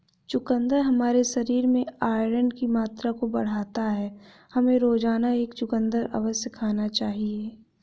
चुकंदर हमारे शरीर में आयरन की मात्रा को बढ़ाता है, हमें रोजाना एक चुकंदर अवश्य खाना चाहिए